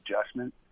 adjustment